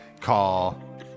call